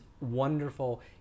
wonderful